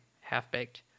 half-baked